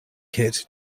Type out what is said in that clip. kit